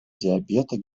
диабета